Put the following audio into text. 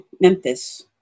Memphis